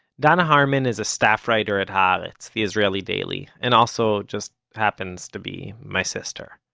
danna harman is a staff writer at ha'aretz, the israeli daily, and also, just happens to be, my sister.